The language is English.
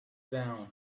dawn